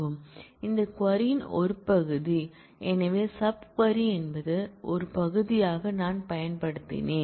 இந்த க்வரி ன் ஒரு பகுதி எனது சப் க்வரி ன் ஒரு பகுதியாக நான் பயன்படுத்தினேன்